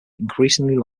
increasingly